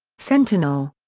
sentinel.